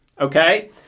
Okay